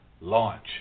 launch